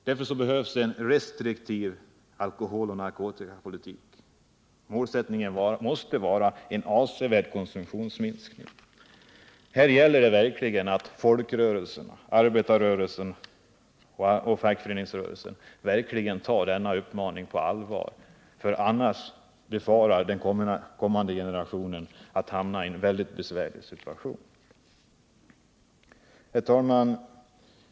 Därför behövs en restriktiv alkoholoch narkotikapolitik. Målsättningen måste vara en avsevärd konsumtionsminskning. Här gäller det att folkrörelserna, arbetarrörelsen och fackföreningsrörelsen, verkligen tar denna uppmaning på allvar, annars får vi befara att den kommande generationen hamnar i en mycket besvärlig situation. Herr talman!